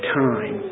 time